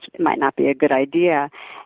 it might not be a good idea.